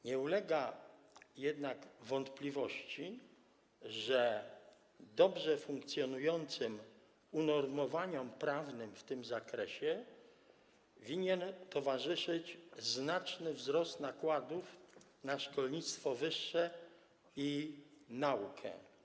Nie ulega jednak wątpliwości, że dobrze funkcjonującym unormowaniom prawnym w tym zakresie winien towarzyszyć znaczny wzrost nakładów na szkolnictwo wyższe i naukę.